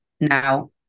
Now